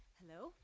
hello,